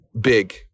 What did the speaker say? big